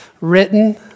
written